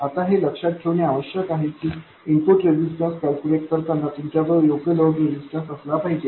आता हे लक्षात ठेवणे आवश्यक आहे की इनपुट रेजिस्टन्स कॅल्क्युलेट करताना तुमच्याजवळ योग्य लोड रेजिस्टन्स असला पाहिजे